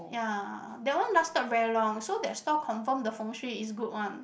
ya that one lasted very long so that stall confirm the Feng-Shui is good one